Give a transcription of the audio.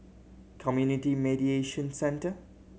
Community Mediation Centre